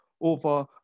over